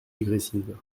agressive